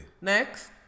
next